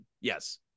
Yes